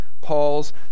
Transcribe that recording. Paul's